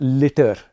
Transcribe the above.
litter